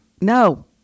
No